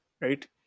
right